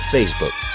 Facebook